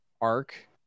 arc